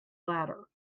latter